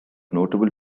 notable